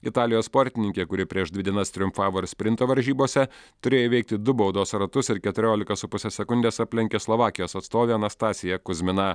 italijos sportininkė kuri prieš dvi dienas triumfavo ir sprinto varžybose turėjo įveikti du baudos ratus ir keturiolika su puse sekundės aplenkė slovakijos atstovę anastasiją kuzminą